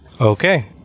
okay